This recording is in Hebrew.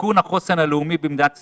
מסיכון החוסן הלאומי במדינת ישראל.